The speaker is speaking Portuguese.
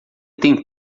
tem